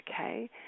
okay